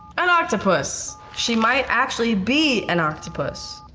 an octopus. she might actually be an octopus.